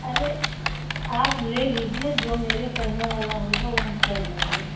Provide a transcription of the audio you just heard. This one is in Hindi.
अरे आप ले लीजिए जो मेरे करने वाला होगा वो हम कर देंगे